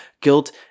guilt